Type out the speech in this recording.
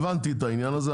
הבנתי את העניין הזה.